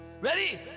Ready